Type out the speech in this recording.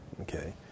okay